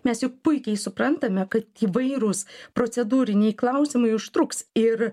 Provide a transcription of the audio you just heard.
mes juk puikiai suprantame kad įvairūs procedūriniai klausimai užtruks ir